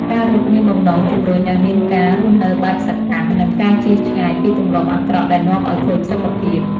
ការរត់មានបំណងជម្រុញឱ្យមានការរស់នៅបែបសកម្ម និងការជៀសឆ្ងាយពីទម្លាប់អាក្រក់ដែលនាំឱ្យខូចសុខភាព។